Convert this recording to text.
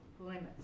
limits